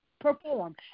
perform